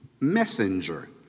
messenger